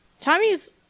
Tommy's